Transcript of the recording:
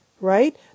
right